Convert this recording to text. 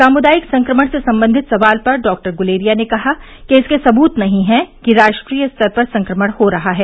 सामुदायिक संक्रमण से संबंधित सवाल पर डॉक्टर गुलेरिया ने कहा कि इसके सबूत नहीं है कि राष्ट्रीय स्तर पर संक्रमण हो रहा है